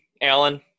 Alan –